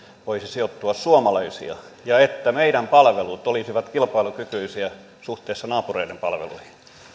voisi sijoittua suomalaisia ja että meidän palvelut olisivat kilpailukykyisiä suhteessa naapureiden palveluihin